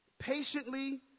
patiently